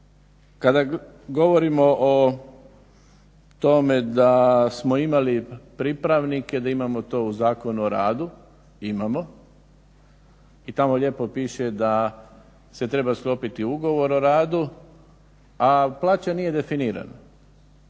Kada govorimo o tome da smo imali pripravnike, da imamo to u Zakonu o radu, imamo i tamo lijepo piše da se treba sklopiti ugovor o radu, a plaća nije definirana.